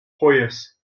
pious